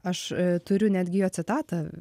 aš turiu netgi jo citatą